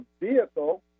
vehicle